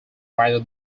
rather